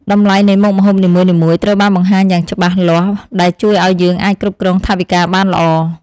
តម្លៃនៃមុខម្ហូបនីមួយៗត្រូវបានបង្ហាញយ៉ាងច្បាស់លាស់ដែលជួយឱ្យយើងអាចគ្រប់គ្រងថវិកាបានល្អ។